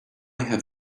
have